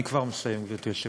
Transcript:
אני כבר מסיים, גברתי היושבת-ראש.